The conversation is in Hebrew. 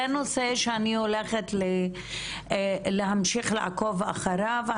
זה נושא שאני הולכת להמשיך לעקוב אחריו.